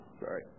sorry